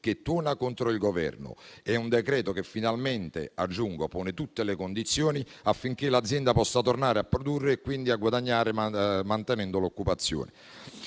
che tuona contro il Governo e con un decreto che finalmente - aggiungo - pone tutte le condizioni affinché l'azienda possa tornare a produrre e, quindi, a guadagnare, mantenendo l'occupazione.